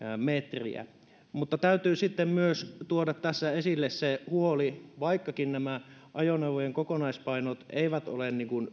metriä täytyy sitten myös tuoda tässä esille se huoli että vaikka nämä ajoneuvojen kokonaispainot eivät ole